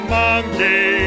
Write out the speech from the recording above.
monkey